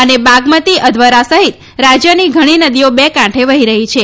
અને બાગમતી અધ્વરા સહિત રાજ્યની ઘણી નદીઓ બે કાંઠે વહી રહી છે